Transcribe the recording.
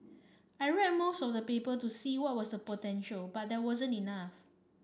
I read most of the paper to see what was the potential but there wasn't enough